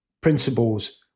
principles